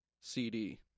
CD